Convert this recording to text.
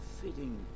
fitting